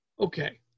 Okay